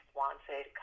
wanted